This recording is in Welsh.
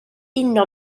uno